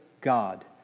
God